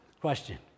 Question